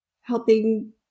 helping